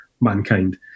mankind